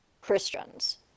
Christians